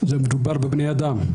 מדובר בבני אדם.